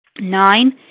Nine